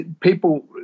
People